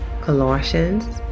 Colossians